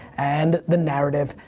and the narrative,